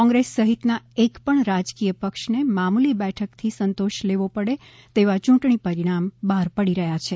કોંગ્રેસ સહિત ના એકપણ રાજકીય પક્ષ ને મામૂલી બેઠક થી સંતોષ લેવો પડે તેવા ચૂંટણી પરિણામ બહાર પડી રહ્યા છે